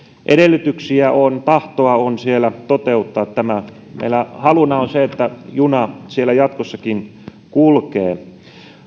edellytyksiä on tahtoa on siellä toteuttaa tämä meillä haluna on se että juna siellä jatkossakin kulkee